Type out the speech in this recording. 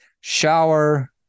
shower